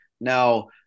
Now